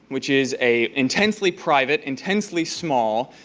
which is a intensely private, intensely small,